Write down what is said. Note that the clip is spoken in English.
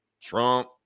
trump